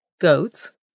goats